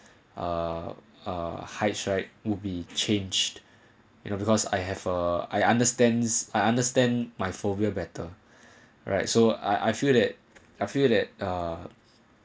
uh uh hydride would be changed you know because I have uh I understand I understand my phobia better right so I I feel that I feel that uh